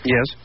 Yes